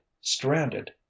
stranded